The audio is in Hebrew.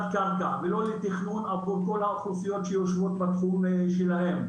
קרקע ולא לתכנון עבור כל האוכלוסיות שיושבות בתחום שלהן.